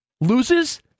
loses